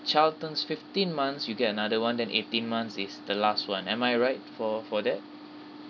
child turns fifteen months you get another one then eighteen months is the last one am I right for for that